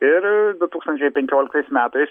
ir du tūkstančiai penkioliktais metais